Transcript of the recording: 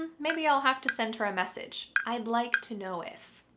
maybe i'll have to send her a message. i'd like to know if.